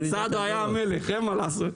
סעדו היה המלך, אין מה לעשות.